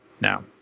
Now